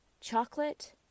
chocolate